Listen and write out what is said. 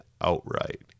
outright